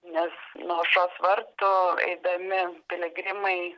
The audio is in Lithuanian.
nes nuo aušros vartų eidami piligrimai